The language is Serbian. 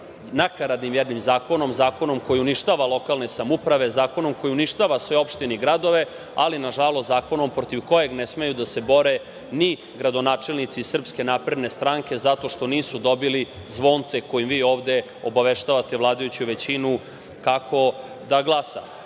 nakaradnim jednim zakonom, zakonom koji uništava lokalne samouprave, zakonom koji uništava sve opštine i gradove, ali, nažalost, zakonom protiv kojeg ne smeju da se bore ni gradonačelnici iz SNS, zato što nisu dobili zvonce kojim vi ovde obaveštavate vladajuću većinu kako da glasa. Pošto